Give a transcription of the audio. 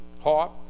harp